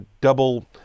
double